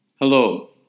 Hello